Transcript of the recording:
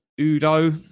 Udo